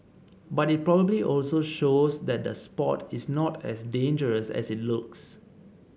but it probably also shows that the sport is not as dangerous as it looks